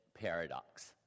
paradox